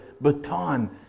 baton